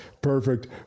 Perfect